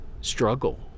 struggle